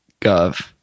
Gov